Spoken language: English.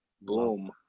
boom